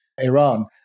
Iran